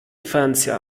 fernseher